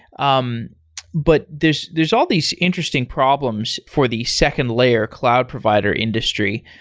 um but there's there's all these interesting problems for the second layer cloud provider industry.